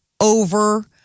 over